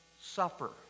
suffer